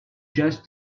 just